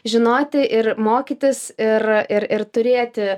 žinoti ir mokytis ir ir ir turėti